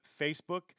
Facebook